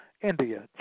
India